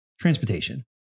Transportation